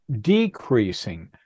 decreasing